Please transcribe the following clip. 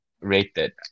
rated